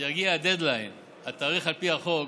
יגיע הדד-ליין, התאריך, על פי החוק,